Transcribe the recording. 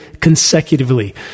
consecutively